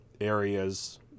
areas